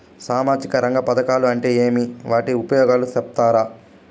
సామాజిక రంగ పథకాలు అంటే ఏమి? వాటి ఉపయోగాలు సెప్తారా?